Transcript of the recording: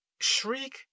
Shriek